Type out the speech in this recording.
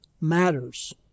matters